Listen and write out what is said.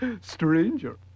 Stranger